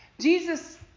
Jesus